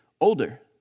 older